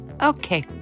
Okay